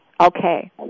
Okay